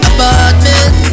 Apartment